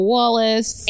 Wallace